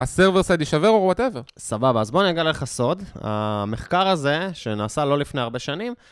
הסרבר סיידי שוור או וואטאבר? סבבה, אז בואו נגלה לך סוד. המחקר הזה, שנעשה לא לפני הרבה שנים...